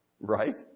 right